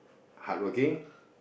hardworking